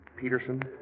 Peterson